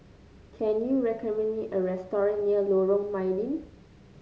can you recommend me a restaurant near Lorong Mydin